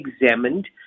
examined